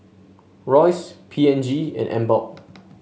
Royce P and G and Emborg